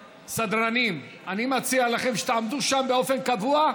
סדרנים, אני מציע לכם שתעמדו שם באופן קבוע.